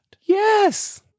Yes